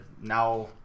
now